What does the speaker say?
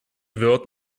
wird